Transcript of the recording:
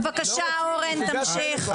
בבקשה, אורן, תמשיך.